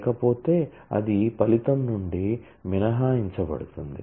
లేకపోతే అది ఫలితం నుండి మినహాయించబడుతుంది